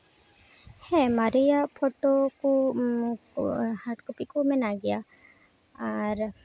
ᱦᱮᱸ ᱢᱟᱨᱮᱭᱟᱜ ᱯᱷᱚᱴᱳ ᱠᱚ ᱦᱟᱴ ᱠᱚᱯᱤ ᱠᱚ ᱢᱮᱱᱟᱜ ᱜᱮᱭᱟ ᱟᱨ